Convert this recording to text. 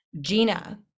Gina